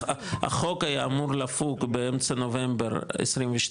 החוק היה אמור לפוג באמצע נובמבר 22,